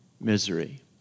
misery